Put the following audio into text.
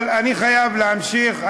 אבל אני חייב להמשיך.